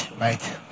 right